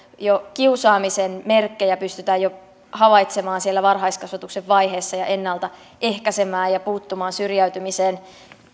kiusaamisen merkkejä pystytään havaitsemaan jo siellä varhaiskasvatuksen vaiheessa ja ennalta ehkäisemään ja puuttumaan syrjäytymiseen